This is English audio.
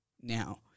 now